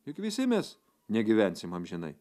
juk visi mes negyvensim amžinai